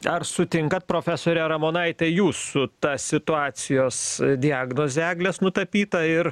ar sutinkat profesore ramonaite jūs su ta situacijos diagnoze eglės nutapyta ir